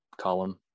column